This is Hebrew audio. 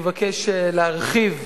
אני אבקש להרחיב